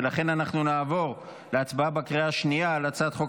ולכן אנחנו נעבור להצבעה בקריאה השנייה על הצעת חוק